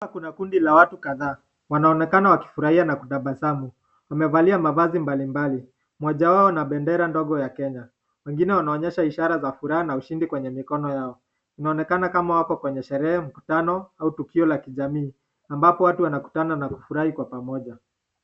Hapa kuna kundi la watu kadhaa, wanaonekana wakifurahia na kutabasamu wamevalia mavazi mbalimbali. Mmoja wao ana bendera ndogo ya Kenya. Wengine wanaonyesha ishara za furaha na ushindi kwenye mikono yao. Inaonekana kama wako kwenye sherehe mkutano au tukio la kijamii ambapo watu wanakutana na kufurahi kwa pamoja.